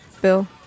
Bill